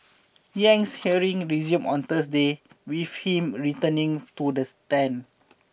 Yang's hearing resumes on Thursday with him returning to the stand